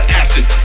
ashes